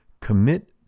commit